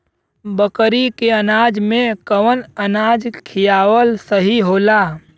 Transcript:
बकरी के अनाज में कवन अनाज खियावल सही होला?